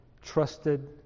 trusted